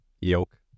Yoke